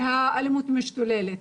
והאלימות משתוללת.